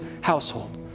household